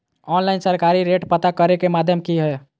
Online सरकारी rate पता करे के माध्यम की हय?